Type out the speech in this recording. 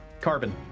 Carbon